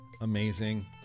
Amazing